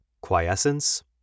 quiescence